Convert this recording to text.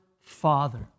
Father